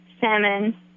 salmon